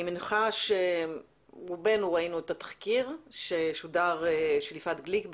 אני מניחה שרובנו ראינו את התחקיר של יפעת גליק ששודר